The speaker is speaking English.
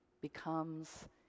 becomes